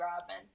Robin